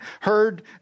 heard